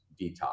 detox